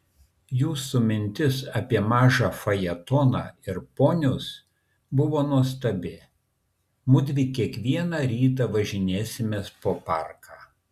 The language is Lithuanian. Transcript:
jūsų mintis apie mažą fajetoną ir ponius buvo nuostabi mudvi kiekvieną rytą važinėsimės po parką